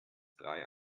drei